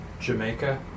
Jamaica